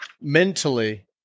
mentally